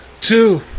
two